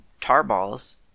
tarballs